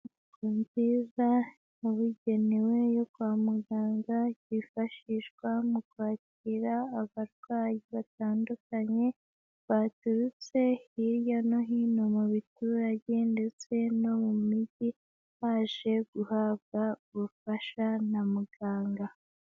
Inzu nziza yabugenewe yo kwa muganga yifashishwa mu kwakira abarwayi batandukanye baturutse hirya no hino mu biturage ndetse no mu mijyi baje guhabwa ubufasha na muganga.